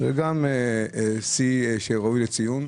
זה גם שיא שראוי לציון.